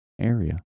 area